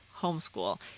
homeschool